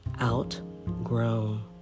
Outgrown